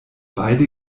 beide